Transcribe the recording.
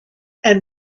and